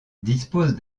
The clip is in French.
dispose